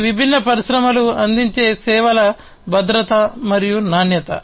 ఈ విభిన్న పరిశ్రమలు అందించే సేవల భద్రత మరియు నాణ్యత